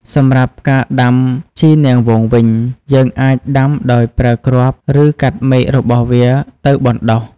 សំរាប់ការដំាជីរនាងវងវិញ យើងអាចដាំដោយប្រើគ្រាប់ ឬកាត់មែករបស់វាទៅបណ្ដុះ។